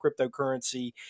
cryptocurrency